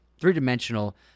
three-dimensional